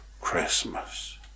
Christmas